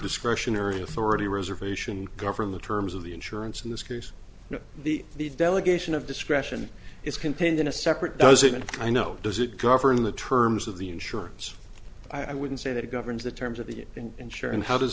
discretionary authority reservation govern the terms of the insurance in this case the the delegation of discretion is contained in a separate doesn't i know does it govern the terms of the insurance i wouldn't say that it governs the terms of the end sure and how does